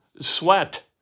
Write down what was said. sweat